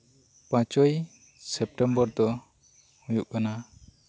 ᱯᱟᱸᱪᱚᱭ ᱥᱮᱯᱴᱮᱢᱵᱚᱨ ᱫᱚ ᱦᱩᱭᱩᱜ ᱠᱟᱱᱟ